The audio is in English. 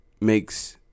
makes